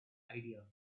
idea